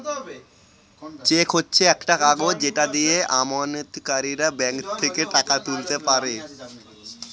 check হচ্ছে একটা কাগজ যেটা দিয়ে আমানতকারীরা ব্যাঙ্ক থেকে টাকা তুলতে পারে